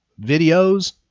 videos